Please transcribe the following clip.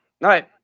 right